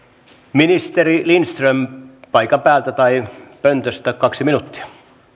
ministeri lindström paikan päältä tai pöntöstä kaksi minuuttia